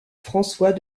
françois